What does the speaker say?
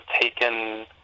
taken